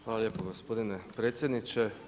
Hvala lijepo gospodine predsjedniče.